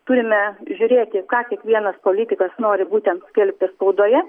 turime žiūrėti ką kiekvienas politikas nori būtent skelbti spaudoje